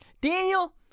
Daniel